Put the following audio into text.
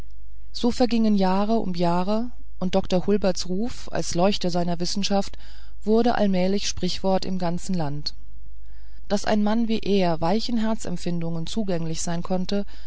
so vergingen jahre um jahre und dr hulberts ruf als leuchte seiner wissenschaft wurde allmählich sprichwort im ganzen lande daß ein mann wie er weichen herzensempfindungen zugänglich sein konnte